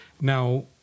Now